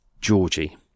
Georgie